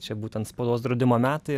čia būtent spaudos draudimo metai